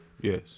yes